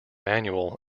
manual